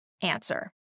answer